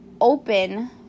open